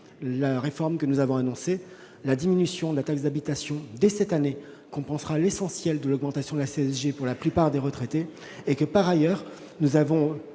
la réforme que nous avons annoncée, la diminution de la taxe d'habitation dès cette année compensera l'essentiel de l'augmentation de la CSG pour la plupart des retraités. Enfin, nous avons